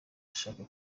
ashaka